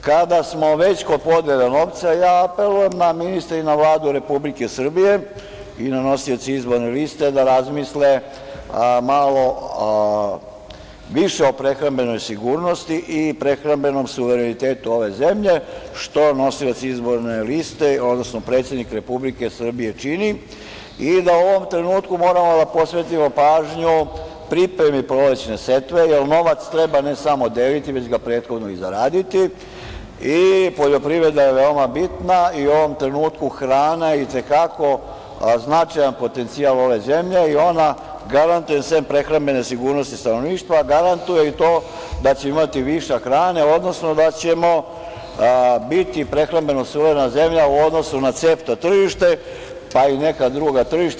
Kad smo već kod podele novca prvo apelujem na ministre i na Vladu Republike Srbije i nosioce izborne liste da razmisle malo više o prehrambenoj sigurnosti i prehrambenom suverenitetu ove zemlje, što nosioci izborne liste, odnosno predsednik Republike Srbije čini i da u ovom trenutku moramo da posvetimo pažnju pripremi prolećne setve, jer novac treba ne samo deliti, već ga prethodno i zaraditi i poljoprivreda je veoma bitna i u ovom trenutku hrana i te kako je značajan potencijal ove zemlje i ona garantuje, sem prehrambene sigurnosti stanovništva, garantuje i to da će imati višak hrane, odnosno da ćemo biti prehrambeno suverena zemlja u odnosu na CEFTA tržište, pa i neka druga tržišta.